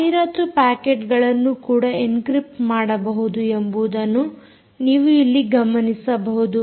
ಜಾಹಿರಾತಿನ ಪ್ಯಾಕೆಟ್ಗಳನ್ನು ಕೂಡ ಎನ್ಕ್ರಿಪ್ಟ್ ಮಾಡಬಹುದು ಎಂಬುವುದನ್ನು ನೀವು ಇಲ್ಲಿ ಗಮನಿಸಬಹುದು